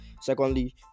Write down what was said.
secondly